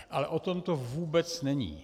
Ale o tom to vůbec není.